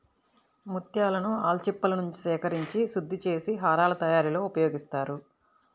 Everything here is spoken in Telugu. ముత్యాలను ఆల్చిప్పలనుంచి సేకరించి శుద్ధి చేసి హారాల తయారీలో ఉపయోగిస్తారు